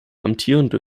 amtierende